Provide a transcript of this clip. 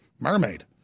mermaid